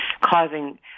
causing